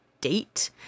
date